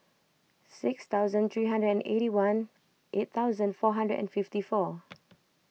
six thousand three hundred and eighty one eight thousand four hundred and fifty four